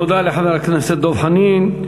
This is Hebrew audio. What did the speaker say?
תודה לחבר הכנסת דב חנין.